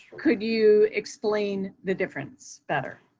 could you explain the difference better?